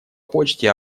почте